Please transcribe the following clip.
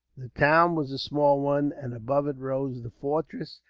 the town was a small one, and above it rose the fortress,